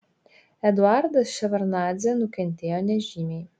eduardas ševardnadzė nukentėjo nežymiai